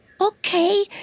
Okay